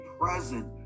present